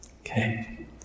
Okay